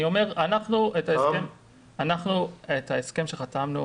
אני אומר שההסכם שחתמנו,